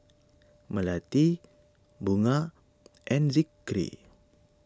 Melati Bunga and Zikri